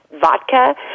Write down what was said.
vodka